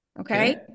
Okay